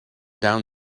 down